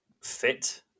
fit